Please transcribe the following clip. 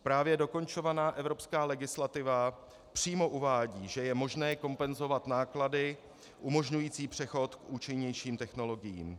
Právě dokončovaná evropská legislativa přímo uvádí, že je možné kompenzovat náklady umožňující přechod k účinnějším technologiím.